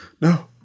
No